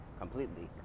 completely